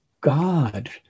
God